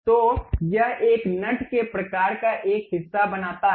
तो यह एक नट के प्रकार का एक हिस्सा बनाता है